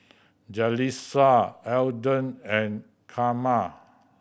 Jalissa Alden and Carma